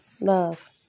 Love